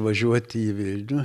važiuoti į vilnių